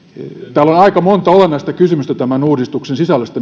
täällä on aika monta olennaista kysymystä tämän uudistuksen sisällöstä